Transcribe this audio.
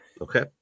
Okay